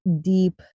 deep